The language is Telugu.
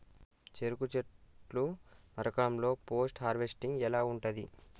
చెరుకు చెట్లు నరకడం లో పోస్ట్ హార్వెస్టింగ్ ఎలా ఉంటది?